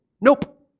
Nope